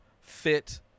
fit